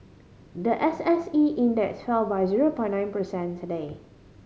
the S S E Index fell by zero point nine percent today